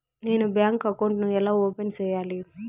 నేను బ్యాంకు అకౌంట్ ను ఎలా ఓపెన్ సేయాలి?